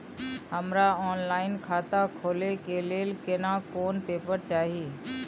हमरा ऑनलाइन खाता खोले के लेल केना कोन पेपर चाही?